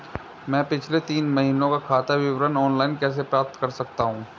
मैं पिछले तीन महीनों का खाता विवरण ऑनलाइन कैसे प्राप्त कर सकता हूं?